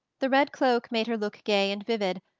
the red cloak made her look gay and vivid,